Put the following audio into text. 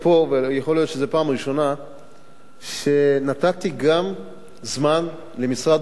יכול להיות שזאת הפעם הראשונה שנתתי גם זמן למשרד האוצר,